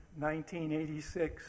1986